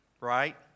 Right